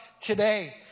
today